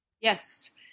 Yes